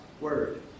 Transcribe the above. word